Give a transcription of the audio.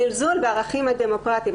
הזלזול בערכים הדמוקרטיים,